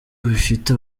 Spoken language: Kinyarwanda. bifite